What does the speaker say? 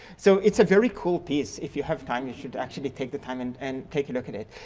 so it's a very cool piece if you have time you should actually take the time and and take a look at it.